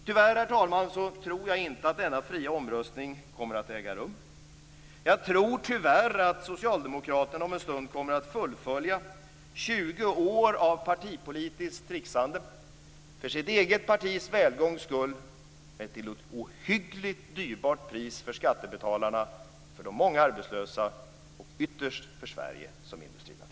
Tyvärr, herr talman, tror jag inte att denna fria omröstning kommer att äga rum. Jag tror tyvärr att socialdemokraterna om en stund kommer att fullfölja 20 år av partipolitiskt tricksande - för sitt eget partis välgångs skull men till ett ohyggligt högt pris för skattebetalarna, för de många arbetslösa och ytterst för Sverige som industrination.